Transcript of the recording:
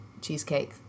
cheesecake